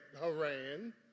Haran